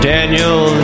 Daniel